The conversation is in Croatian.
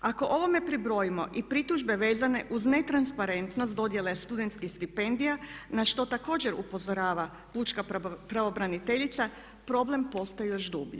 Ako ovome pribrojimo i pritužbe vezane uz netransparentnost dodjele studentskih stipendija na što također upozorava pučka pravobraniteljica problem postaje još dublji.